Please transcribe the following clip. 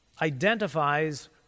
identifies